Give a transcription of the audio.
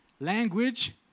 language